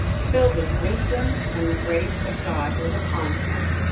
filled with wisdom and the grace of god was upon him.